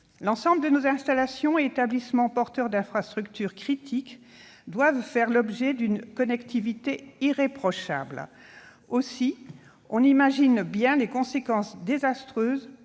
L'ensemble de nos installations et établissements porteurs d'infrastructures critiques doivent faire l'objet d'une connectivité irréprochable. Ainsi, on imagine bien les conséquences désastreuses